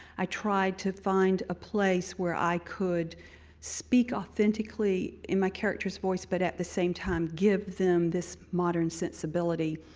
i tried to find a place where i could speak authentically in my character's voice, but at the same time give them this modern sensibility.